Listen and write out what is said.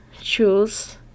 choose